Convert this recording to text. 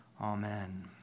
Amen